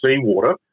seawater